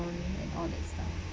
and all that stuff